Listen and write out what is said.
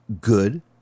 good